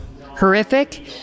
horrific